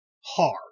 hard